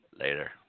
Later